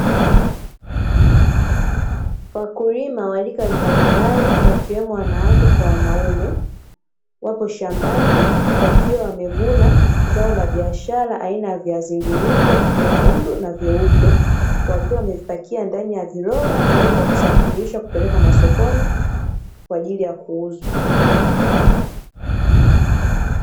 Wakulima wa rika mbalimbali, wakiwemo wanawake kwa wanaume; wapo shambani wakiwa wamevuna zao la biashara aina ya viazi mviringo vyekundu na vyeupe, wakiwa wamevipakia ndani ya viroba tayari kwa kusafirisha kupeleka masokoni kwa ajili ya kuuzwa.